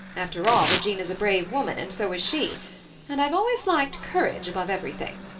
after all, regina's a brave woman, and so is she and i've always liked courage above everything.